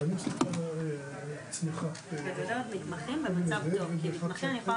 למצוא מודל אחר ואני חושבת שיש הרבה דרכים ליישם